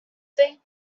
thing